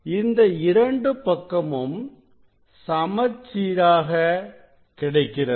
இது இரண்டு பக்கமும் சமச்சீராக கிடைக்கிறது